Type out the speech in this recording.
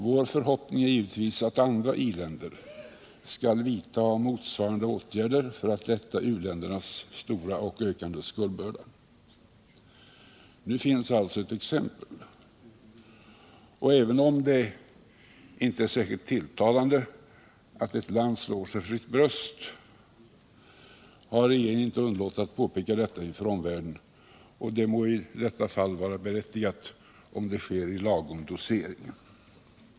Vår förhoppning är givetvis att andra i-länder skall vidta motsvarande åtgärder för att lätta u-ländernas stora och ökande skuldbörda. Nu finns alltså ett exempel, och även om det inte är särskilt tilltalande att ett land slår sig för sitt bröst, har regeringen inte underlåtit att påpeka detta inför omvärlden. Det må i detta fall vara berättigat om det sker i lagom dosering.